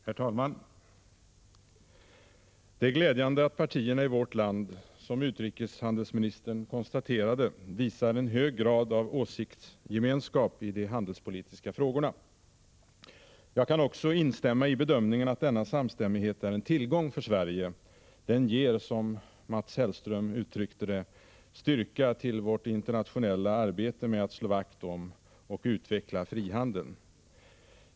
Herr talman! Det är glädjande att partierna i vårt land, som utrikeshandelsministern konstaterade, visar en hög grad av åsiktsgemenskap i de handelspolitiska frågorna. Jag kan också instämma i bedömningen att denna samstämmighet är en tillgång för Sverige. Den ger, som Mats Hellström uttryckte det, styrka till vårt internationella arbete med att slå vakt om och utveckla frihandeln.